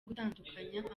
gutandukanya